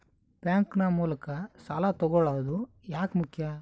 Bank ನ ಮೂಲಕ ಸಾಲ ತಗೊಳ್ಳೋದು ಯಾಕ ಮುಖ್ಯ?